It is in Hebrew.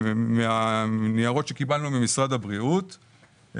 מהניירות שקיבלנו ממשרד הבריאות,